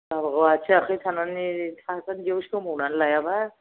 औ आथिं आखाइ थानानै थासान्दिआव सोमावनानै लायाब्ला